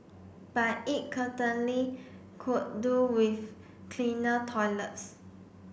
but it could do with cleaner toilets